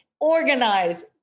Organize